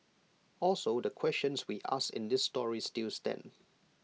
also the questions we asked in this story still stand